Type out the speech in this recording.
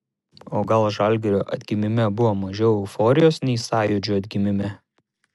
o gal žalgirio atgimime buvo mažiau euforijos nei sąjūdžio atgimime